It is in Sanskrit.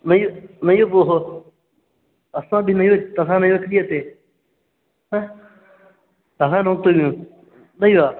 नै नैव भोः अस्माभिः नैव तथा नैव क्रियते तथा न वक्तव्यं नैव